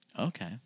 Okay